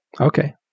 Okay